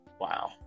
Wow